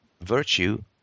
Virtue